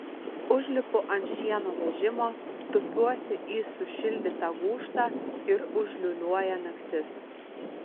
užlipu ant šieno vežimo tupiuosi į sušildytą gūžtą ir užliūliuoja naktis